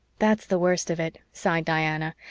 that's the worst of it, sighed diana.